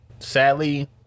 Sadly